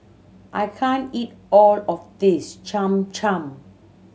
I can't eat all of this Cham Cham